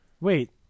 Wait